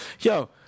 Yo